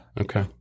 Okay